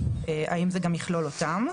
האם זה גם יכלול אותם?